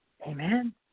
Amen